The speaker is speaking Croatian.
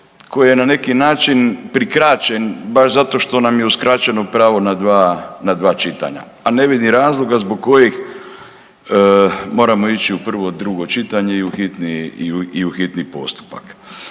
koji je na neki način prikraćen baš zato što nam je uskraćeno pravo na dva, na dva čitanja. A ne vidim razloga zbog kojih moramo ići u prvo, drugo čitanje i u hitni, i u